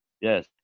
Yes